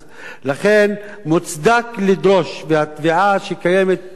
לכן, מוצדק לדרוש, והתביעה שקיימת בציבור